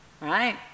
right